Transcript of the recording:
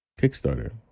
Kickstarter